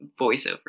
voiceover